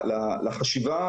לחשיבה.